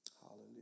Hallelujah